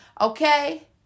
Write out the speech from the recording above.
Okay